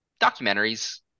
documentaries